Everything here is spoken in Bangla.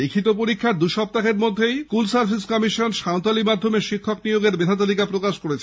লিখিত পরীক্ষার দুসপ্তাহের মধ্যেই গতকাল স্কুল সার্ভিস কমিশন সাঁওতালি মাধ্যমে শিক্ষক নিয়োগের মেধা তালিকা প্রকাশ করেছে